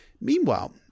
Meanwhile